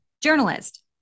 journalist